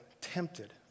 tempted